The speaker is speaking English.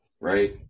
Right